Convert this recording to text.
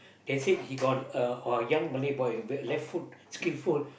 they said he got uh a young Malay boy very left foot skilful